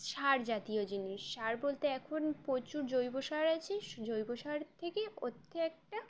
সার জাতীয় জিনিস সার বলতে এখন প্রচুর জৈব সার আছে জৈব সার থেকে হচ্ছে একটা